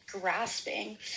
grasping